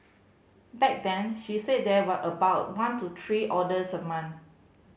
back then she said there were about one to three orders a month